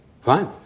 Fine